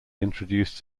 introduced